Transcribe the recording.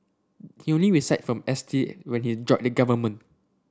he only resigned from S T when he joined the government